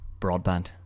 broadband